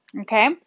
okay